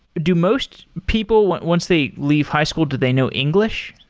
do most people, once they leave high school, do they know english?